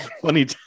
funny